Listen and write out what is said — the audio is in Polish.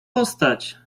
postać